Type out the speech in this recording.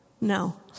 No